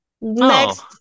Next